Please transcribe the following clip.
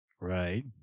Right